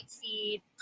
feed